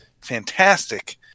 fantastic